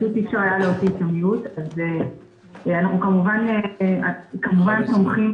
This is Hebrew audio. אנחנו כמובן תומכים